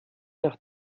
nach